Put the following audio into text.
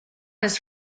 his